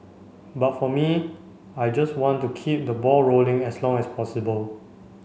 but for me I just want to keep the ball rolling as long as possible